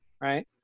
right